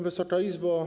Wysoka Izbo!